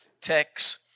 text